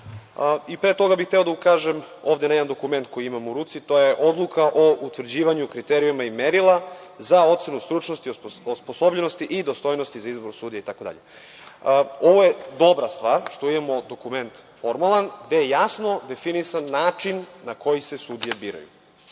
toga bih hteo da ukažem, ovde na jedan dokument koji imam u ruci, to je Odluka o utvrđivanju kriterijuma i merila za ocenu stručnosti, osposobljenosti i dostojnosti za izbor sudija. Ovo je dobra stvar, što imamo formalni dokument gde je jasno definisan način na koji se sudije biraju.